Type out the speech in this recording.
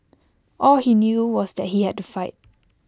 all he knew was that he had to fight